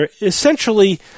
Essentially